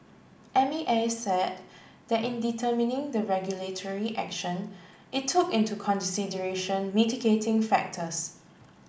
M A S said that in determining the regulatory action it took into consideration mitigating factors